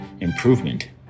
improvement